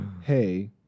hey